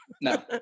No